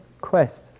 quest